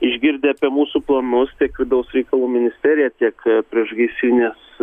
išgirdę apie mūsų planus tiek vidaus reikalų ministerija tiek priešgaisrinės